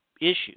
issues